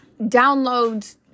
downloads